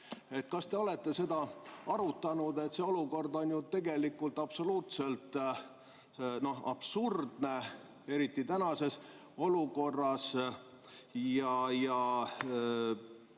Kas te olete seda arutanud? See olukord on ju tegelikult absoluutselt absurdne, eriti tänases olukorras.